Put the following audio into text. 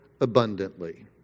abundantly